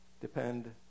depend